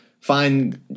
find